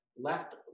left